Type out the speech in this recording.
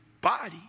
body